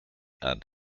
and